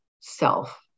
self